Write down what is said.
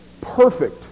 perfect